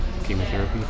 chemotherapy